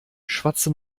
schwatzte